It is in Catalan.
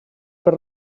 per